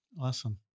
Awesome